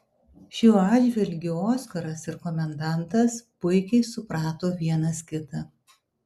šiuo atžvilgiu oskaras ir komendantas puikiai suprato vienas kitą